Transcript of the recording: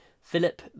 Philip